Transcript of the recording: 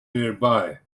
nearby